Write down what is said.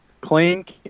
clink